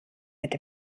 mit